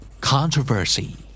Controversy